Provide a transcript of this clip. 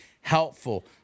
helpful